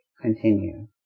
continue